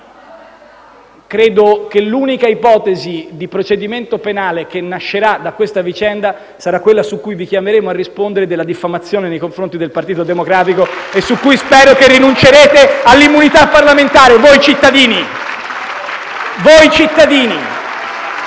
Credo che l'unica ipotesi di procedimento penale che nascerà da questa vicenda sarà quella su cui vi chiameremo a rispondere della diffamazione nei confronti del Partito Democratico e su cui spero che voi cittadini rinuncerete all'immunità parlamentari *(Applausi